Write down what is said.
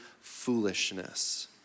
foolishness